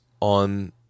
on